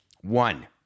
One